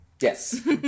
Yes